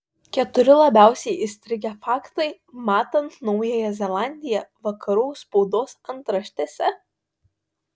keturi labiausiai įstrigę faktai matant naująją zelandiją vakarų spaudos antraštėse